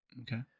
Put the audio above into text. Okay